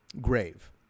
grave